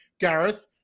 gareth